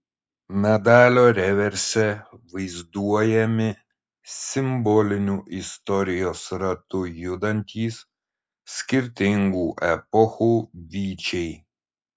medalio reverse vaizduojami simboliniu istorijos ratu judantys skirtingų epochų vyčiai